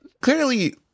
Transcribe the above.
Clearly